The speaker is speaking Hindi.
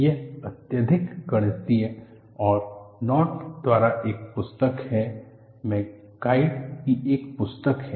यह अत्यधिक गणितीय है और नॉट द्वारा एक पुस्तक है मेगाइड की एक पुस्तक है